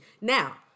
now